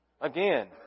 Again